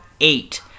eight